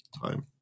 time